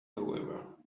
however